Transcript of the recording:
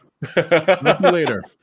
later